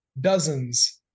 dozens